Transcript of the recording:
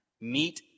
meet